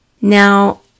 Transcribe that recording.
Now